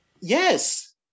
Yes